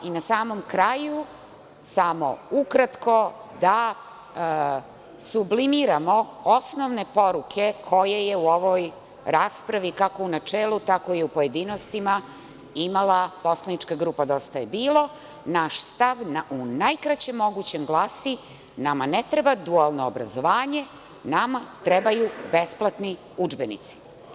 Na samom kraju, samo ukratko, da sublimiramo osnovne poruke koje je u ovoj raspravi, kako u načelu tako i u pojedinostima, imala poslanička grupa Dosta je bilo, naš stav u najkraćem mogućem glasi – nama ne treba dualno obrazovanje, nama trebaju besplatni udžbenici.